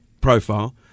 profile